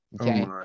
Okay